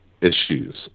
issues